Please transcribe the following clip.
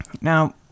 Now